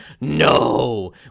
No